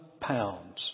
pounds